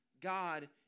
God